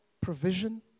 provision